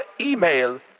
email